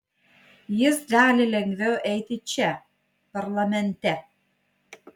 jis gali lengviau eiti čia parlamente